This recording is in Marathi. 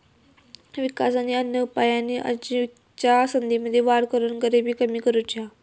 विकास आणि अन्य उपायांनी आजिविकेच्या संधींमध्ये वाढ करून गरिबी कमी करुची हा